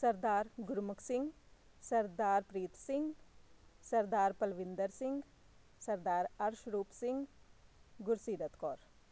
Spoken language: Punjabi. ਸਰਦਾਰ ਗੁਰਮੁਖ ਸਿੰਘ ਸਰਦਾਰ ਪ੍ਰੀਤ ਸਿੰਘ ਸਰਦਾਰ ਪਲਵਿੰਦਰ ਸਿੰਘ ਸਰਦਾਰ ਅਰਸ਼ਰੂਪ ਸਿੰਘ ਗੁਰਸੀਰਤ ਕੌਰ